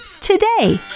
today